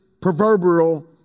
proverbial